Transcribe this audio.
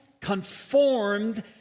conformed